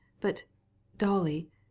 But—Dolly